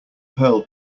pearl